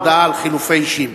הודעה על חילופי אישים.